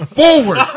forward